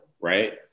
right